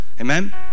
Amen